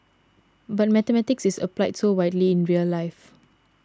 but mathematics is applied so widely in real life